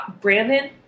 Brandon